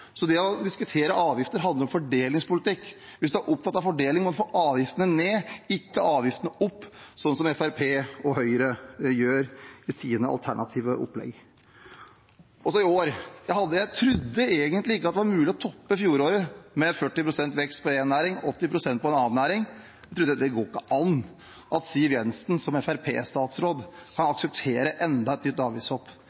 Så det å diskutere avgifter handler om fordelingspolitikk. Hvis man er opptatt av fordeling, må man få avgiftene ned, ikke opp, slik som Fremskrittspartiet og Høyre gjør i sine alternative opplegg. Jeg trodde egentlig ikke det var mulig å toppe fjoråret, med 40 pst. vekst i avgiftene for en næring og 80 pst. vekst i avgiftene for en annen næring. Jeg trodde ikke det gikk an at Siv Jensen, som